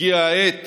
הגיעה העת